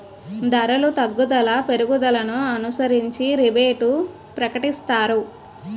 ధరలు తగ్గుదల పెరుగుదలను అనుసరించి రిబేటు ప్రకటిస్తారు